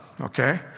okay